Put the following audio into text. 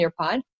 Nearpod